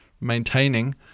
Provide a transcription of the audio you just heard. maintaining